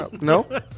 No